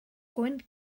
gwynt